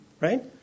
right